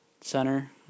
Center